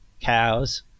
cows